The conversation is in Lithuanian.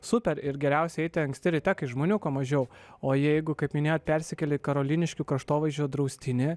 super ir geriausia eiti anksti ryte kai žmonių kuo mažiau o jeigu kaip minėjot persikeli į karoliniškių kraštovaizdžio draustinį